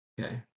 Okay